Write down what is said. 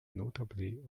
notably